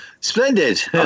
Splendid